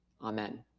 Amen